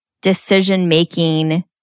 decision-making